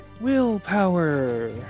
willpower